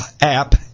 app